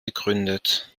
begründet